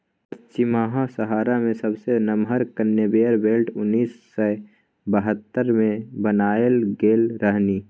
पछिमाहा सहारा मे सबसँ नमहर कन्वेयर बेल्ट उन्नैस सय बहत्तर मे बनाएल गेल रहनि